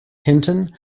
hinton